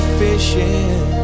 fishing